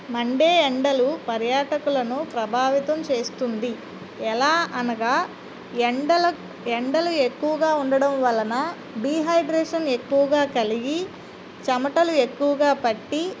Monday ఎండలు పర్యాటకులను ప్రభావితం చేస్తుంది ఎలా అనగా ఎండల ఎండలు ఎక్కువుగా ఉండడం వలన డీహైడ్రేషన్ ఎక్కువుగా కలిగి చమటలు ఎక్కువుగా పట్టి